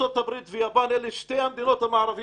ארצות הברית ויפן אלה שתי המדינות המערביות